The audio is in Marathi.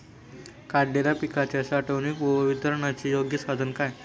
काढलेल्या पिकाच्या साठवणूक व वितरणाचे योग्य साधन काय?